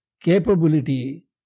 capability